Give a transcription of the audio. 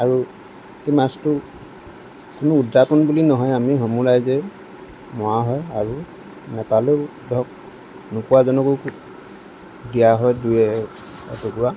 আৰু সেই মাছটো আমি উদযাপন বুলি নহয় আমি সমূহ ৰাইজে মৰা হয় আৰু নাপালেও ধৰক নোপোৱাজনকো দিয়া হয় দুই এটুকুৰা